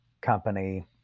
company